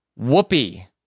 Whoopi